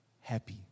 happy